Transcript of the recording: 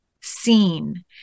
seen